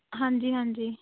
ਹਾਂਜੀ ਹਾਂਜੀ